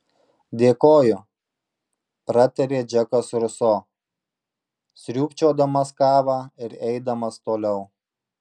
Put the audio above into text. dėkoju pratarė džekas ruso sriūbčiodamas kavą ir eidamas toliau